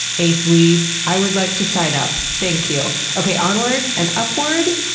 acelee! i would like to sign up. thank you. okay, onward and upward,